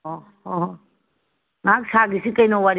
ꯑꯣ ꯍꯣꯏ ꯍꯣꯏ ꯉꯥꯏꯍꯥꯛ ꯁꯥꯈꯤꯁꯤ ꯀꯩꯅꯣ ꯋꯥꯔꯤ